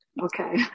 Okay